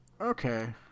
Okay